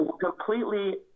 completely